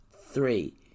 three